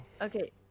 Okay